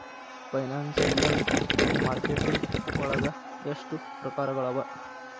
Financial marketing ವಳಗ ಎಷ್ಟ್ ಪ್ರಕ್ರಾರ್ಗಳವ?